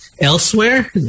elsewhere